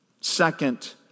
Second